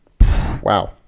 Wow